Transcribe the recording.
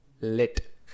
lit